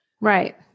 Right